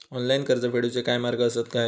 Online कर्ज फेडूचे काय मार्ग आसत काय?